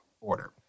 order